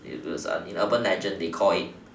it was a in urban legend they call it